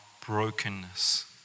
brokenness